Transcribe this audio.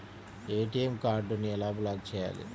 ATM కార్డుని ఎలా block చేయాలి?